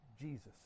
Jesus